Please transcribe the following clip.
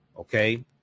Okay